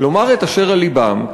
לומר את אשר על לבם,